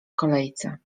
kolejce